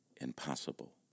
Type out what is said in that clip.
impossible